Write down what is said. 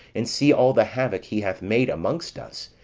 and see all the havoc he hath made amongst us,